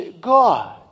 God